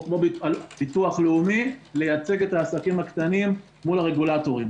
או כמו בביטוח לאומי לייצג את העסקים הקטנים מול הרגולטורים.